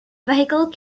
vehicle